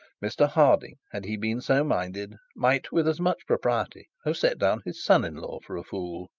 mr harding, had he been so minded, might with as much propriety have set down his son-in-law for a fool.